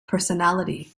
personality